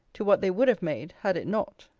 to what they would have made, had it not.